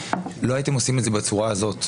לא הייתם עושים את זה בצורה הזאת.